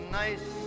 nice